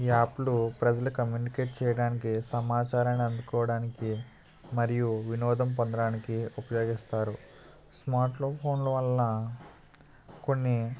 ఈ యాప్లు ప్రజలు కమ్మ్యూనికేట్ చేయడానికి సమాచారాన్ని అందుకోవడానికి మరియు వినోదం పొందడానికి ఉపయోగిస్తారు స్మార్ట్లో ఫోన్ల వల్ల కొన్ని